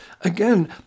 Again